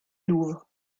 louvre